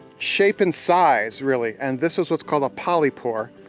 shape and size, really, and this is what's called a polypore.